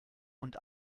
und